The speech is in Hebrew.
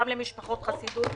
גם למשפחות חסידות